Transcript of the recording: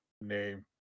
name